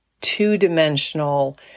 two-dimensional